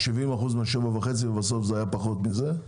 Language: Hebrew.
70% מ-7.5% ובסוף זה היה פחות מזה.